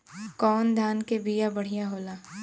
कौन धान के बिया बढ़ियां होला?